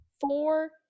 Four